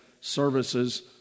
services